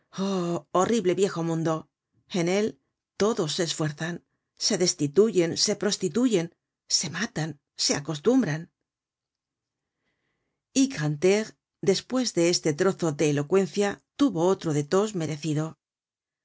horrible viejo mundo en él todos se esfuerzan se destituyen se prostituyen se matan se acostumbran y grantaire despues de este trozo de elocuencia tuvo otro de tos merecido a